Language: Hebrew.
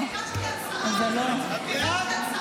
נו, זה לא, שנייה,